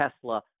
Tesla